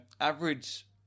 average